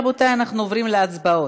רבותי, אנחנו עוברים להצבעות.